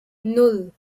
nan